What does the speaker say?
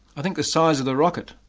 i think the size of the rocket.